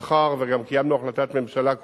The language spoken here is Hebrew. מאחר שגם קיימנו החלטת ממשלה קודמת,